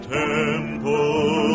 temple